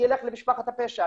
אני אלך למשפחת הפשע,